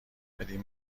بدین